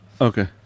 Okay